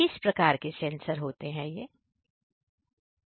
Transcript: किस प्रकार के सेंसर होतेहैं